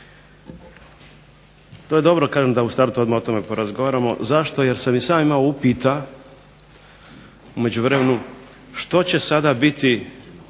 To je dobro da u startu odmah o tome porazgovaramo. Zašto? Jer sam i sam imao upita u međuvremenu što će sada biti